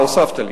כי הוספתי,